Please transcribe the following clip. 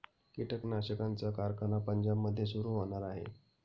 कीटकनाशकांचा कारखाना पंजाबमध्ये सुरू होणार आहे